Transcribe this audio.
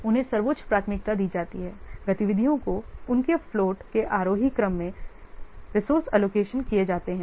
उन्हें सर्वोच्च प्राथमिकता दी जाती है गतिविधियों को उनके फ्लोट के आरोही क्रम में रिसोर्स एलोकेशन किए जाते हैं